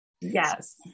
Yes